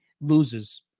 loses